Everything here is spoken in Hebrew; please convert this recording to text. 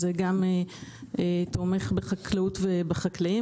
זה גם תומך בחקלאות ובחקלאות,